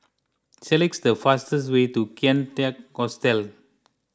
select the fastest way to Kian Teck Hostel